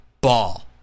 ball